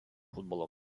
futbolo